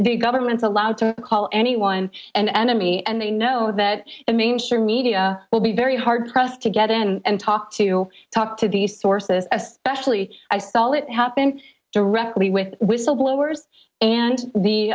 the government's allowed to call anyone an enemy and they know that the mainstream media will be very hard pressed to get in and talk to talk to the sources especially i saw it happen directly with whistleblowers and the